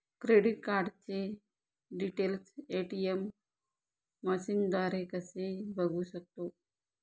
Credit कार्डचे details ATM मशीनद्वारे कसे बघू शकतो?